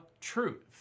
truth